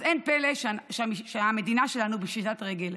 אז לא פלא שהמדינה שלנו בפשיטת רגל,